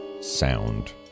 sound